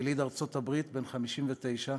יליד ארצות-הברית, בן 59,